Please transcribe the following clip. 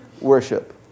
worship